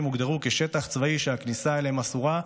הוכרזו כשטח צבאי שהכניסה אליו אסורה,